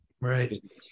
Right